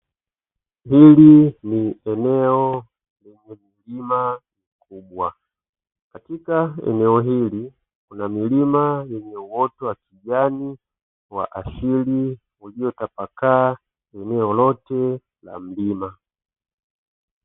Hili ni eneo la mlima mkubwa. Katika eneo hili kuna milima yenye uoto wa kijani wa asili uliotapakaa eneo lote la mlima.